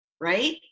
right